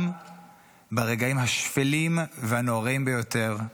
גם ברגעים השפלים והנוראים ביותר,